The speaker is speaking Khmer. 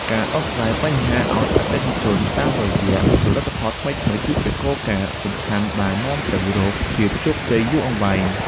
ការដោះស្រាយបញ្ហាឱ្យអតិថិជនតាមរយៈផលិតផលថ្មីៗ គឺជាគោលការណ៍សំខាន់ដែលនាំទៅរកភាពជោគជ័យយូរអង្វែង។